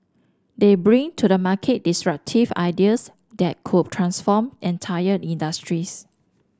they bring to the market disruptive ideas that could transform entire industries